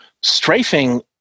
strafing